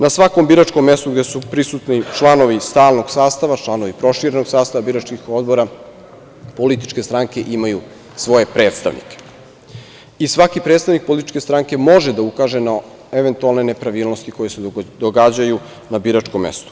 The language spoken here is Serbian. Na svakom biračkom mestu gde su prisutni članovi stalnog sastava, članovi proširenog sastava biračkih odbora, političke stranke imaju svoje predstavnike i svaki predstavnik političke stranke može da ukaže na eventualne nepravilnosti koje se događaju na biračkom mestu.